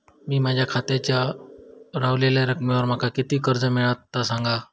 मी माझ्या खात्याच्या ऱ्हवलेल्या रकमेवर माका किती कर्ज मिळात ता सांगा?